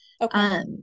Okay